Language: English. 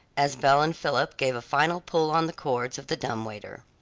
as belle and philip gave a final pull on the cords of the dumb-waiter.